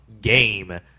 game